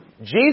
Jesus